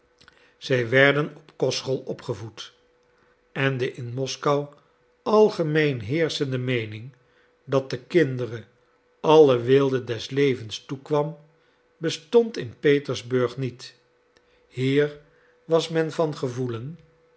zij werden op kostschool opgevoed en de in moskou algemeen heerschende meening dat de kinderen alle weelde des levens toekwam bestond in petersburg niet hier was men van gevoelen